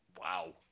Wow